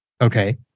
Okay